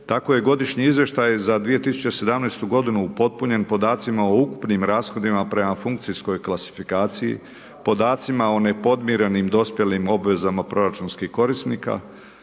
tako je godišnji izvještaj za 2017. g. upotpunjen podacima o ukupnim rashodima prema funkcijskom klasifikaciji podacima o nepodmirenim dospjelim obvezama proračunskih korisnika,